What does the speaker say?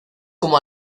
como